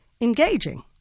engaging